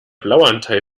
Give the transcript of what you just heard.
blauanteil